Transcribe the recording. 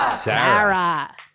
Sarah